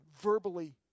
verbally